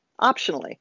optionally